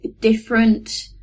different